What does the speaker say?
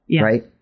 right